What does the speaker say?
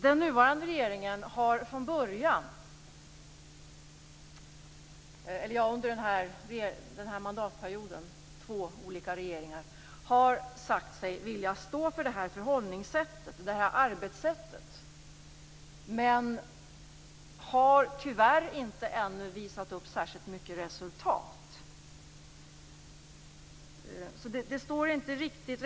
De två olika regeringarna har under den här mandatperioden sagt sig vilja stå för detta arbetssätt. Tyvärr har man ännu inte visat upp särskilt mycket resultat.